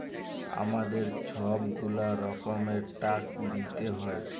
আমাদের ছব গুলা রকমের ট্যাক্স দিইতে হ্যয়